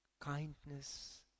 kindness